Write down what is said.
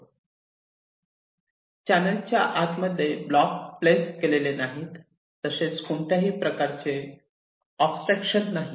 channel च्या आत मध्ये ब्लॉक प्लेस केले नाहीत तसेच कोणत्याही प्रकारचे ऑब्स्टरकशन्स नाहीत